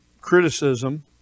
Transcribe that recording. criticism